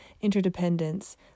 interdependence